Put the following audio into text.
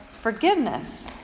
forgiveness